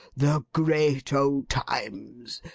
the great old times!